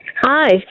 Hi